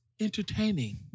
entertaining